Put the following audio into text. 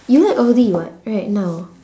you like audi [what] right now